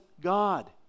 God